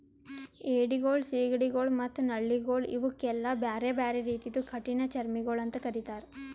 ಏಡಿಗೊಳ್, ಸೀಗಡಿಗೊಳ್ ಮತ್ತ ನಳ್ಳಿಗೊಳ್ ಇವುಕ್ ಎಲ್ಲಾ ಬ್ಯಾರೆ ಬ್ಯಾರೆ ರೀತಿದು ಕಠಿಣ ಚರ್ಮಿಗೊಳ್ ಅಂತ್ ಕರಿತ್ತಾರ್